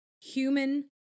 Human